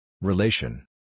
Relation